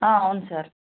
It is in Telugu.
అవును సార్